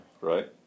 Right